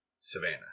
Savannah